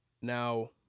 Now